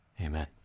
Amen